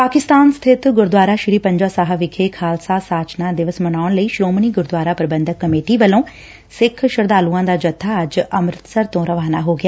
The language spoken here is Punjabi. ਪਾਕਿਸਤਾਨ ਸਬਿਤ ਗੁਰਦੁਆਰਾ ਸ੍ਰੀ ਪੰਜਾ ਸਾਹਿਬ ਵਿਖੇ ਖਾਲਸਾ ਸਾਜਣਾ ਦਿਵਸ ਮਨਾਉਣ ਲਈ ਸ੍ਰੌਮਣੀ ਗੁਰਦੁਆਰਾ ਪ੍ਰਬੰਧਕ ਕਮੇਟੀ ਵੱਲੋ ਸਿੱਖ ਸ਼ਰਧਾਲੁਆਂ ਦਾ ਜੱਬਾ ਅੰਮ੍ਰਿਤਸਰ ਤੋ ਰਵਾਨਾ ਹੋ ਗਿਆ